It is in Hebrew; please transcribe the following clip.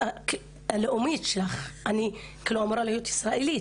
אני אמורה להיות ישראלית